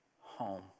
home